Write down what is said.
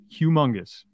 humongous